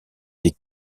des